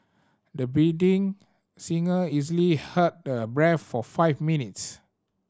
the biding singer easily held her breath for five minutes